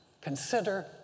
consider